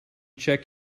check